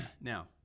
Now